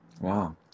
Wow